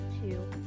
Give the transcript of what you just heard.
two